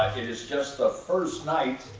it is just the first night.